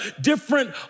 different